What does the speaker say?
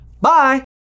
bye